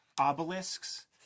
obelisks